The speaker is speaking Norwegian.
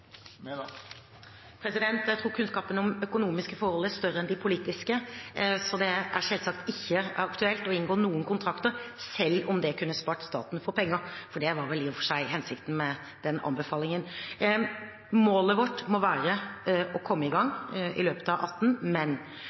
Jeg tror kunnskapen er større om økonomiske forhold enn politiske, så det er selvsagt ikke aktuelt å inngå noen kontrakter selv om det kunne spart staten for penger – for det var vel i og for seg hensikten med den anbefalingen. Målet vårt må være å komme i gang i løpet av